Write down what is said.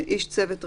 "איש צוות רפואי"